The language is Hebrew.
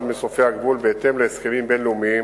אחר, או תשלים את הפרויקט בעצמה?